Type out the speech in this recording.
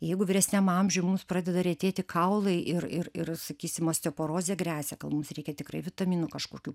jeigu vyresniam amžiuj mums pradeda retėti kaulai ir ir ir sakysim osteoporozė gresia gal mums reikia tikrai vitaminų kažkokių